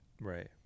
right